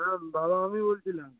হ্যাঁ ভালো আমি বলছিলাম